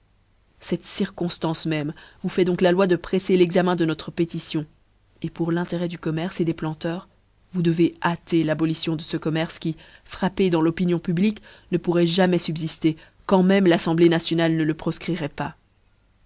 cette circonftance même vous fait donc la loi dc preffer rexamen de notre pétition pour lintérêt du commerce des planteurs vous devez hâter l'abolition de ce commerce qui frappé dans l'opinion publique ne pourroit jamais fub füler quand même pafiemblée nationale ne le profcriroit pas